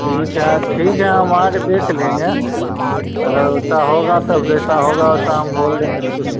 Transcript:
ठीक है ठीक है हम आके देख लेंगे अगर वैसा होगा तब जैसा होगा वैसा हम बोल देंगे तो कुछ